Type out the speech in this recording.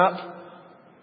up